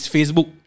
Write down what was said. Facebook